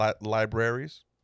Libraries